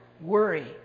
worry